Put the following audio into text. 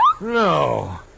No